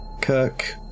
Kirk